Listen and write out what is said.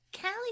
callie